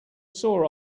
sore